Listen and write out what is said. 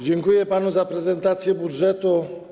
Dziękuję panu za prezentację budżetu.